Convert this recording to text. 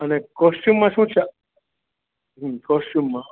અને કોશ્ચ્યુમમાં શું છે કોશ્ચ્યુમમાં